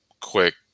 quick